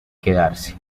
quedarse